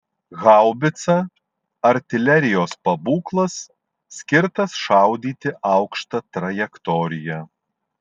haubica artilerijos pabūklas skirtas šaudyti aukšta trajektorija